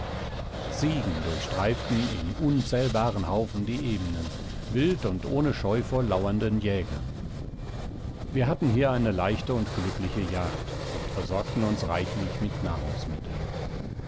ziegen durchstreiften in unzählbaren haufen die ebenen wild und ohne scheu vor lauernden jägern wir hatten hier eine leichte und glückliche jagd und versorgten uns reichlich mit nahrungsmitteln